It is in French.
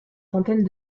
centaine